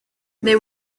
they